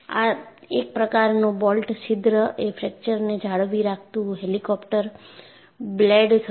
આ એક પ્રકારનું બોલ્ટ છિદ્ર એ ફ્રેક્ચરને જાળવી રાખતું હેલિકોપ્ટર બ્લેડ હતું